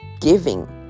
giving